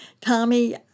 Tommy